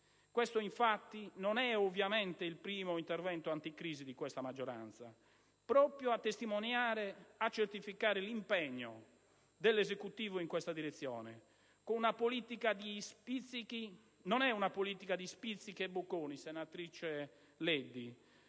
Questo, infatti non è ovviamente il primo intervento anticrisi di questa maggioranza, proprio a testimoniare, a certificare l'impegno dell'Esecutivo in questa direzione. Non una politica di spizzichi e bocconi, senatrice Leddi,